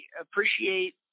appreciate